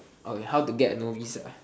oh how to get novice ah